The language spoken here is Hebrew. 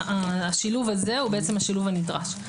השילוב הזה הוא בעצם השילוב הנדרש.